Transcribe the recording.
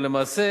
אולם למעשה